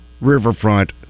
Riverfront